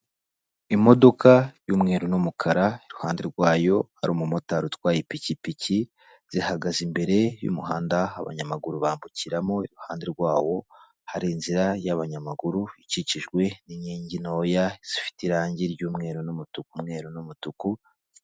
Imodoka y'umweru n'umukara, iruhande rwayo hari umumotari utwaye ipikipiki, zihagaze imbere y'umuhanda abanyamaguru bambukiramo iruhande rwawo, hari inzira y'abanyamaguru, ikikijwe n'inkingi ntoya zifite irangi ry'umweru n'umutuku.